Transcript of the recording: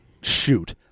shoot